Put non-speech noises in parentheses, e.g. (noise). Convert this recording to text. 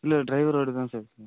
இல்லை ட்ரைவர் ஓட தானே (unintelligible)